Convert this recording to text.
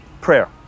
prayer